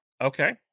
okay